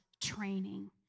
training